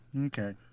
Okay